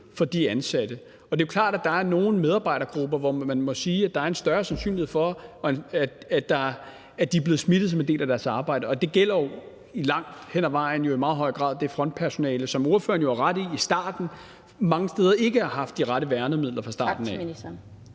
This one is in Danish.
for de ansatte. Og det er klart, at der er nogle medarbejdergrupper, hvor man må sige, at der er en større sandsynlighed for, at de er blevet smittet som en del af deres arbejde, og det gælder langt hen ad vejen i meget høj grad det frontpersonale, som ordføreren jo har ret i mange steder ikke har haft de rette værnemidler fra starten af.